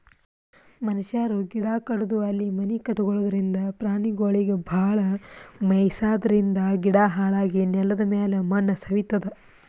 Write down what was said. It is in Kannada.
ಮನಶ್ಯಾರ್ ಗಿಡ ಕಡದು ಅಲ್ಲಿ ಮನಿ ಕಟಗೊಳದ್ರಿಂದ, ಪ್ರಾಣಿಗೊಳಿಗ್ ಭಾಳ್ ಮೆಯ್ಸಾದ್ರಿನ್ದ ಗಿಡ ಹಾಳಾಗಿ ನೆಲದಮ್ಯಾಲ್ ಮಣ್ಣ್ ಸವಿತದ್